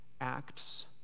acts